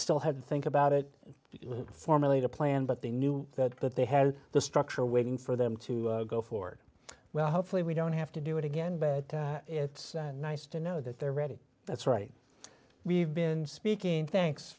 still had think about it to formulate a plan but they knew that that they had the structure waiting for them to go forward well hopefully we don't have to do it again but it's nice to know that they're ready that's right we've been speaking thanks